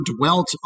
dwelt